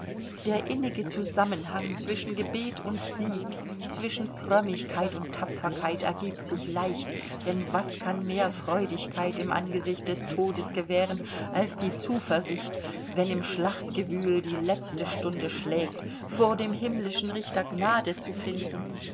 der innige zusammenhang zwischen gebet und sieg zwischen frömmigkeit und tapferkeit ergiebt sich leicht denn was kann mehr freudigkeit im angesicht des todes gewähren als die zuversicht wenn im schlachtgewühl die letzte stunde schlägt vor dem himmlischen richter gnade zu finden